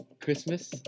Christmas